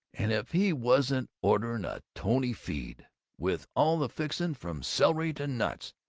and if he wasn't ordering a tony feed with all the fixings from celery to nuts!